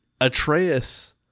Atreus